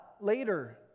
later